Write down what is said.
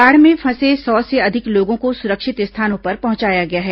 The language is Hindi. बाढ़ में फंसे सौ से अधिक लोगों को सुरक्षित स्थानों पर पहुंचाया गया है